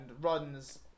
runs